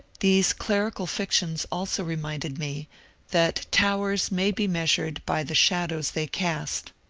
these clerical fictions also reminded me that towers may be measured by the shadows they cast.